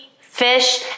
fish